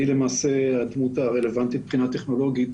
היא למעשה הדמות הרלוונטית מבחינה טכנולוגית